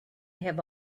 have